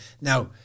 Now